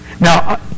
Now